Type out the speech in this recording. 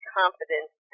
confidence